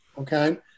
Okay